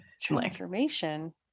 transformation